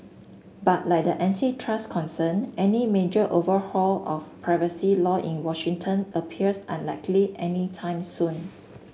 but like the antitrust concern any major overhaul of privacy law in Washington appears unlikely anytime soon